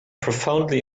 profoundly